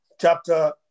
chapter